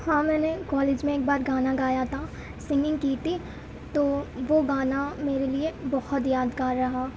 ہاں میں نے کالج میں ایک بار گانا گایا تھا سنگنگ کی تھی تو وہ گانا میرے لیے بہت یادگار رہا